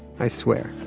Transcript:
i swear